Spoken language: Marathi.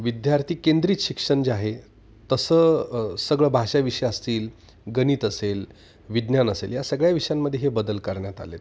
विद्यार्थी केंद्रित शिक्षण जे आहे तसं सगळं भाषा विषय असतील गणित असेल विज्ञान असेल या सगळ्या विषयांमध्ये हे बदल करण्यात आले आहेत